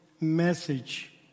message